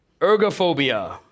Ergophobia